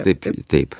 taip taip